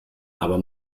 aber